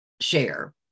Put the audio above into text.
share